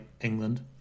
England